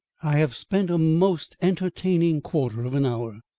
i have spent a most entertaining quarter of an hour.